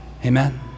Amen